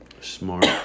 smart